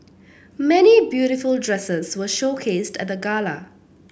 many beautiful dresses were showcased at the gala